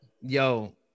yo